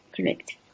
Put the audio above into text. correct